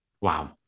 Wow